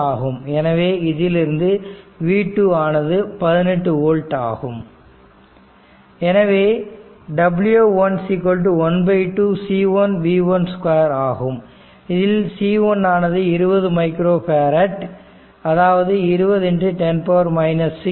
எனவே இதிலிருந்து V2ஆனது 18 வோல்ட் ஆகும் எனவே w1 12 c 1 v 1 2 ஆகும் இதில் c1 ஆனது 20 மைக்ரோ பேரட் ஆகும் அதாவது 2010 6 ஆகும்